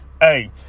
Hey